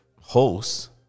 hosts